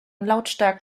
lautstark